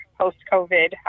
post-COVID